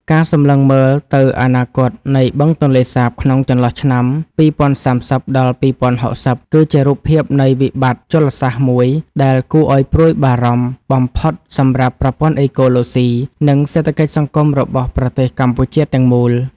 ការសម្លឹងមើលទៅអនាគតនៃបឹងទន្លេសាបក្នុងចន្លោះឆ្នាំ ២០៣០ ដល់ ២០៦០ គឺជារូបភាពនៃវិបត្តិជលសាស្ត្រមួយដែលគួរឱ្យព្រួយបារម្ភបំផុតសម្រាប់ប្រព័ន្ធអេកូឡូស៊ី និងសេដ្ឋកិច្ចសង្គមរបស់ប្រទេសកម្ពុជាទាំងមូល។